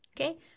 Okay